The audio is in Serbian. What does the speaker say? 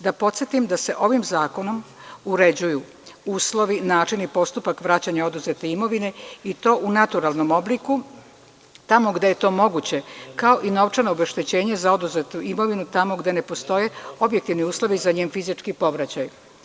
Da podsetim da se ovim zakonom uređuju uslovi, način i postupak vraćanja oduzete imovine i to u naturalnom obliku tamo gde je to moguće kao i novčano obeštećenje za oduzetu imovinu tamo gde ne postoje objektivni uslovi za njen fizički povraćaj.